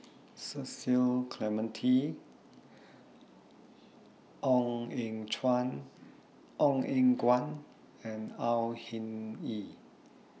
Cecil Clementi Ong Eng Guan and Au Hing Yee